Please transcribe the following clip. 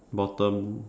bottom